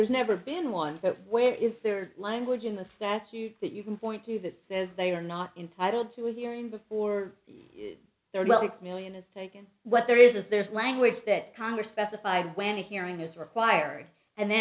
there's never been one but where is there language in the statute that you can point to that says they are not entitled to a hearing before their legs million is taken what there is is there's language that congress specified when a hearing is required and